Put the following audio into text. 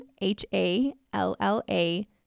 H-A-L-L-A